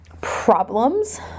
problems